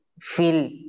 feel